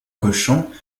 cochon